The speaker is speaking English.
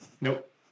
Nope